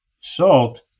salt